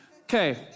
Okay